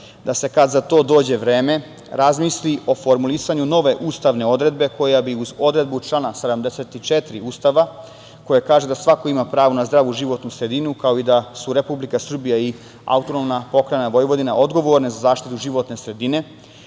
da se, kad za to dođe vreme, razmisli o formulisanju nove ustavne odredbe koja bi, uz odredbu člana 74. Ustava koja kaže da svako ima pravo na zdravu životnu sredinu, kao i da su Republika Srbija i AP Vojvodina odgovorne za zaštitu životne sredine,